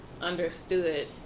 understood